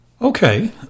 Okay